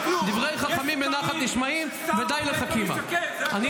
חבר הכנסת סגלוביץ' --- 214 נרצחים עד עכשיו.